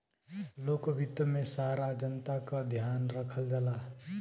लोक वित्त में सारा जनता क ध्यान रखल जाला